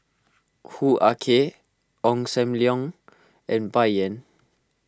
Hoo Ah Kay Ong Sam Leong and Bai Yan